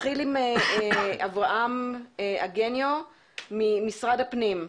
נתחיל עם רואה חשבון אברהם אגניהו ממשרד הפנים,